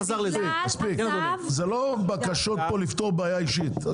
מספיק, זה לא בקשות פה לפתור בעיה אישית.